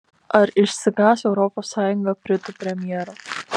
ar išsigąs europos sąjunga britų premjero